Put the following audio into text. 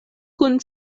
kun